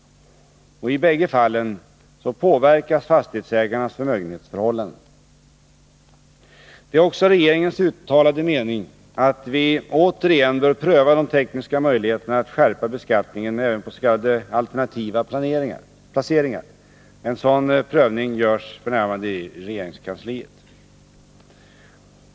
I bägge fallen påverkas fastighetsägarnas förmögenhetsförhållanden. Det är också regeringens uttalade mening att vi återigen bör pröva de tekniska möjligheterna att skärpa beskattningen även på s.k. alternativa placeringar. En sådan prövning görs f. n. i regeringskansliet.